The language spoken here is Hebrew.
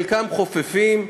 חלקם חופפים,